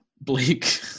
bleak